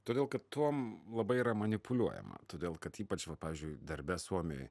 todėl kad tuom labai yra manipuliuojama todėl kad ypač va pavyzdžiui darbe suomijoj